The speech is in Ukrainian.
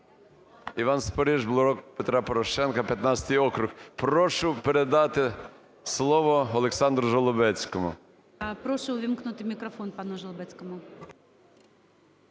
Іван Спориш, "Блок Петра Порошенка", 15 округ. Прошу передати слово ОлександруЖолобецькому. ГОЛОВУЮЧИЙ. Прошу увімкнути мікрофон пануЖолобецькому.